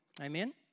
Amen